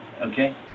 okay